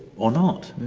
or not.